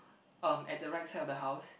um at the right side of the house